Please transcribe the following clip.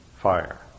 fire